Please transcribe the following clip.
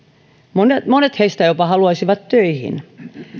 monet monet heistä jopa haluaisivat töihin